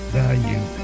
value